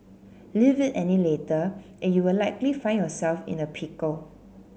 leave it any later and you will likely find yourself in a pickle